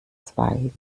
zwei